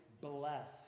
bless